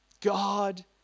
God